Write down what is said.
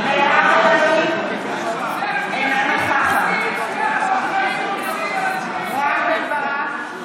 אינה נוכחת רם בן ברק,